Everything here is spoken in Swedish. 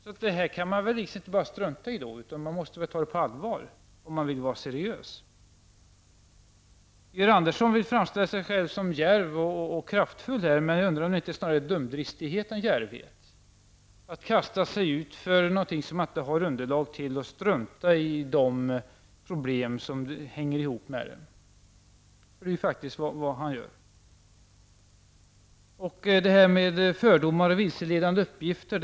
Om man vill vara seriös kan man inte bara strunta i detta, utan man måste ta detta på allvar. Georg Andersson vill framställa sig som djärv och kraftfull, men jag undrar om det inte är dumdristighet snarare än djärvhet att kasta sig ut i något som man inte har underlag till och strunta i de problem som sammanhänger med det. Det är faktiskt det som han gör.